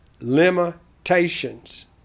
limitations